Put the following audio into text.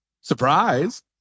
Surprise